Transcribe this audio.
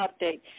update